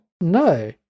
no